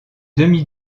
demi